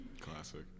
Classic